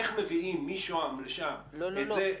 איך מביאים משוהם לשם את זה --- לא, לא.